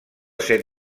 set